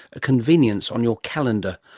a convenience on your calendar.